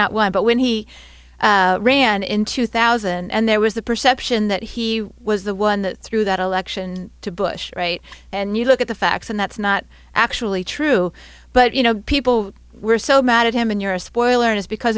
know why but when he ran in two thousand and there was the perception that he was the one that threw that election to bush right and you look at the facts and that's not actually true but you know people were so mad at him and you're a spoiler and it's because